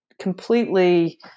completely